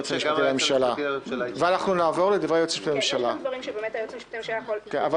היועץ המשפטי לממשלה יכול לסבור